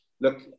look